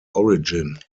origin